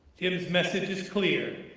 jim's message is clear.